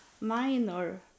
minor